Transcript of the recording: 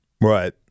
right